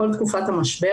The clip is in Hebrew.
כל תקופת המשבר,